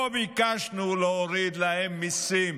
לא ביקשנו להוריד להם מיסים